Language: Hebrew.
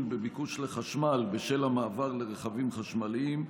בביקוש לחשמל בשל המעבר לרכבים חשמליים?